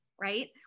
Right